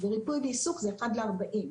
בריפוי בעיסוק זה 1:40,